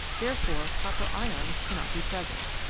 therefore copper ions cannot be present.